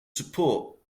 support